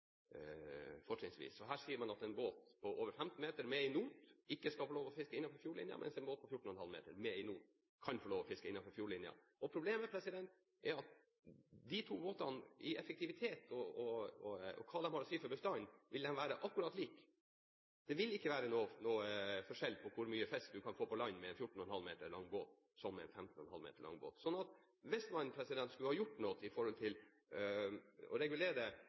kan få lov til å fiske innenfor fjordlinja. Problemet er at de to båtene, både i effektivitet og hva de har å si for bestanden, vil være akkurat like. Det vil ikke være noen forskjell på hvor mye fisk du kan få med en 14,5 meter lang båt og med en 15 meter lang båt. Hvis man skulle gjøre noe for å regulere fiskeriet i fjordene, burde man enten gå på redskapstype eller gjøre som man gjør i dag – å